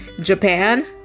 Japan